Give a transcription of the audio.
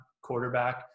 quarterback